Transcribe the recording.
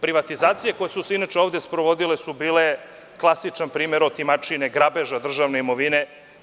Privatizacije koje su se inače ovde sprovodile su bile klasičan primer otimačine, grabežadržavne imovine.